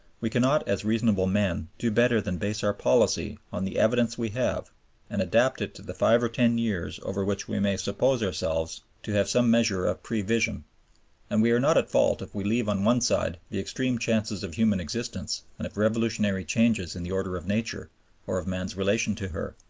we cannot as reasonable men do better than base our policy on the evidence we have and adapt it to the five or ten years over which we may suppose ourselves to have some measure of prevision and we are not at fault if we leave on one side the extreme chances of human existence and of revolutionary changes in the order of nature or of man's relations to her.